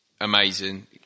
amazing